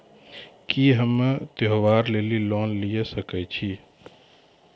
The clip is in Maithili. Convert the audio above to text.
की हम्मय त्योहार लेली लोन लिये सकय छियै?